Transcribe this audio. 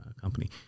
company